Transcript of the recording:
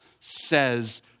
says